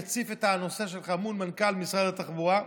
אציף את הנושא שלך מול מנכ"ל משרד התחבורה,